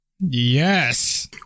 yes